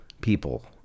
people